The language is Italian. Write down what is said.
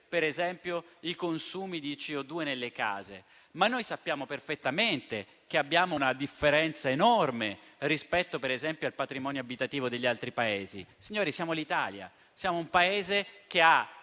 per esempio i consumi di CO2 nelle case, ma sappiamo perfettamente che abbiamo una differenza enorme rispetto al patrimonio abitativo degli altri Paesi. Signori, siamo l'Italia, un Paese che ha